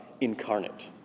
incarnate